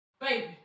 Baby